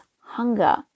hunger